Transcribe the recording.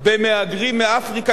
במהגרים מאפריקה,